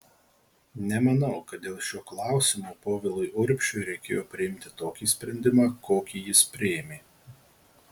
nemanau kad dėl šio klausimo povilui urbšiui reikėjo priimti tokį sprendimą kokį jis priėmė